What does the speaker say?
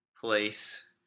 place